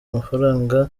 amafaranga